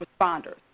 responders